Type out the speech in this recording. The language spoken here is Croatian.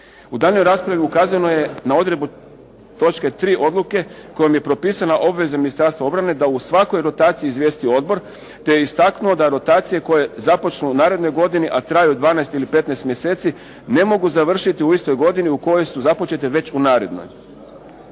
U daljnjoj raspravi ukazano je na odredbu točke 3. odluke kojom je propisana obveza Ministarstva obrane da u svakoj rotaciji izvijesti odbor, te istaknuo da rotacije koje započnu u narednoj godini, a traju 12 ili 15 mjeseci ne mogu završiti u istoj godini u kojoj su započete već u narednoj.